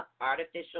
Artificial